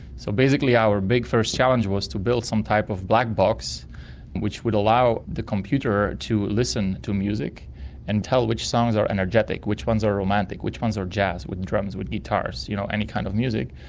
so basically our big first challenge was to build some type of black box which would allow the computer to listen to music and tell which songs are energetic, which ones are romantic, which ones are jazz, with drums, with guitars, you know, any kind of music.